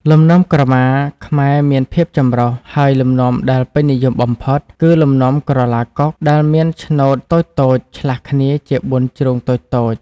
លំនាំក្រមាខ្មែរមានភាពចម្រុះ ហើយលំនាំដែលពេញនិយមបំផុត គឺ លំនាំក្រឡាកុក ដែលមានឆ្នូតតូចៗឆ្លាស់គ្នាជាបួនជ្រុងតូចៗ។